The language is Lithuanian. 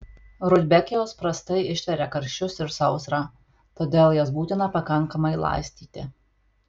rudbekijos prastai ištveria karščius ir sausrą todėl jas būtina pakankamai laistyti